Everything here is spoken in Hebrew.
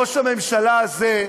ראש הממשלה הזה,